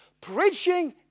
Preaching